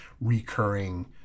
recurring